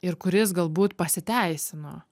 ir kuris galbūt pasiteisino